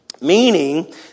meaning